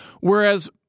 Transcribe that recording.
Whereas